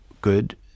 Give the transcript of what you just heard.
good